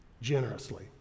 Generously